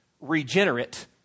regenerate